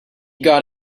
got